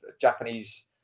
Japanese